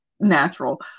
natural